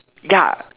ya